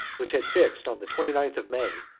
which had fixed on the twenty-ninth of may,